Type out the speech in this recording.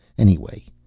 anyway,